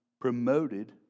promoted